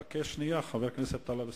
חכה שנייה, חבר הכנסת טלב אלסאנע,